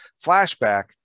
flashback